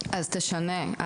תשנה,